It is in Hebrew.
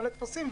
תמלא טפסים,